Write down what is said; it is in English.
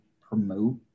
promote